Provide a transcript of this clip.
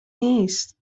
نیست